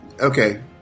Okay